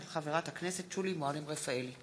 של חברת הכנסת שולי מועלם-רפאלי.